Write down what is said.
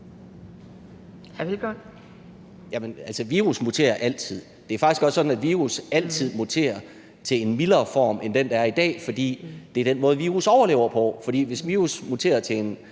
Hvelplund (EL): Altså, virus muterer altid. Det er faktisk også sådan, at virus altid muterer til en mildere form end den, der er i dag, fordi det er den måde, virus overlever på. For hvis virus muterede til en